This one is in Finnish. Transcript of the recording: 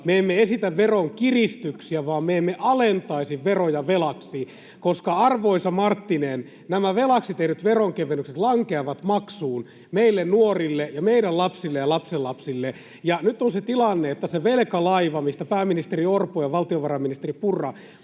Me emme esitä veronkiristyksiä, vaan me emme alentaisi veroja velaksi, koska arvoisa Marttinen, nämä velaksi tehdyt veronkevennykset lankeavat maksuun meille nuorille ja meidän lapsille ja lapsenlapsille. Ja nyt on se tilanne, että siitä velkalaivasta, mistä pääministeri Orpo ja valtiovarainministeri Purra